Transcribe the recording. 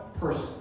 person